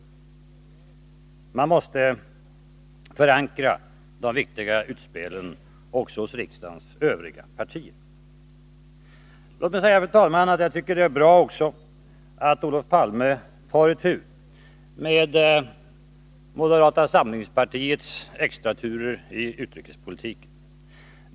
Socialdemokraterna måste förankra de viktiga utspelen också hos riksdagens övriga partier. Det är, fru talman, bra att Olof Palme tar itu med moderata samlingspartiets extraturer i utrikespolitiken.